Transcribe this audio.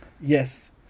Yes